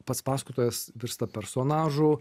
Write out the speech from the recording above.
pats pasakotojas virsta personažu